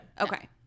okay